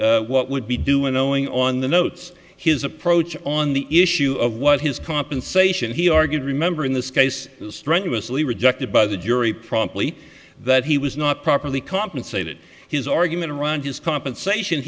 what would be due and owing on the notes his approach on the issue of what his compensation he argued remember in this case strenuously rejected by the jury promptly that he was not properly compensated his argument around his compensation